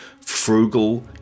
frugal